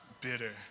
bitter